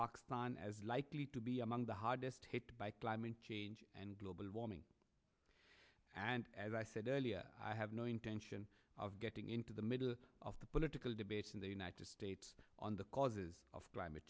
box man as likely to be among the hardest hit by climate change and global warming and as i said earlier i have no intention of getting into the middle of the political debate in the united states on the causes of climate